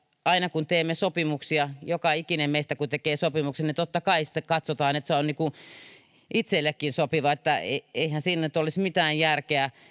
aina kun teemme sopimuksia joka ikinen meistä kun tekee sopimuksen niin totta kai katsotaan että se on itsellekin sopiva eihän siinä nyt olisi mitään järkeä